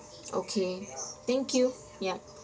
okay thank you ya